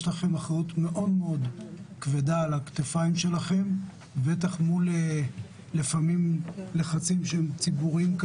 יש לכם אחריות מאוד כבדה על הכתפיים שלכם ובטח מול לחצים שהם ציבוריים.